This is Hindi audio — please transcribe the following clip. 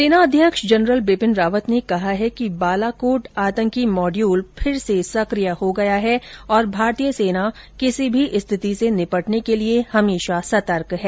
सेना अध्यक्ष जनरल बिपिन रावत ने कहा है कि बालाकोट आतंकी मॉड्यूल फिर सक्रिय हो गया है और भारतीय सेना किसी भी स्थिति से निपटने के लिए हमेशा सतर्क है